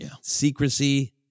secrecy